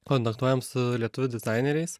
kontaktuojam su lietuvių dizaineriais